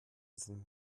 sind